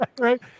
Right